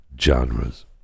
genres